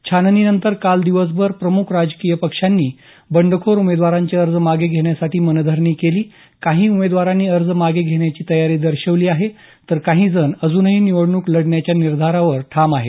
छाननीनंतर काल दिवसभर प्रमुख राजकीय पक्षांनी बंडखोर उमेदवारांचे अर्ज मागे घेण्यासाठी मनधरणी केली काही उमेदवारांनी अर्ज मागे घेण्याची तयारी दर्शवली आहे तर काही जण अजूनही निवडणूक लढवण्याच्या निर्णयावर ठाम आहेत